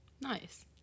Nice